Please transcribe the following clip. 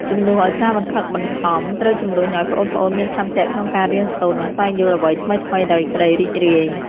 ជំនួសឲ្យការបង្ខិតបង្ខំ ត្រូវជំរុញឲ្យប្អូនៗមានឆន្ទៈក្នុងការរៀនសូត្រ និងស្វែងយល់អ្វីថ្មីៗដោយក្តីរីករាយ។